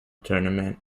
tournament